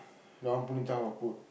that one Punitha will put